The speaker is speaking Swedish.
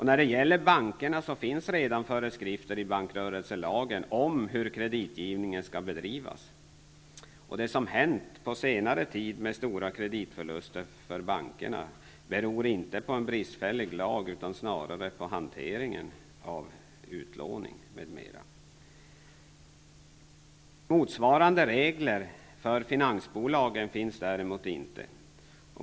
När det gäller bankerna finns redan föreskrifter i bankrörelselagen om hur kreditgivningen skall bedrivas. Det som hänt på senare tid med stora kreditförluser för bankerna beror inte på en bristfällig lag utan snarare på hanteringen av utlåning m.m. Motsvarande regler för finansbolagen finns däremot inte.